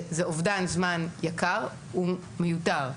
זה אובדן זמן יקר ומיותר.